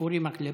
אורי מקלב.